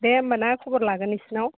दे होनबा ना खबर लागोन बिसोरनाव